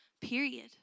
Period